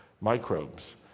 microbes